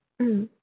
mm